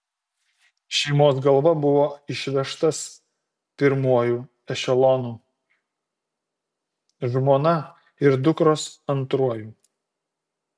šeimos galva buvo išvežtas pirmuoju ešelonu žmona ir dukros antruoju